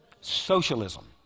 Socialism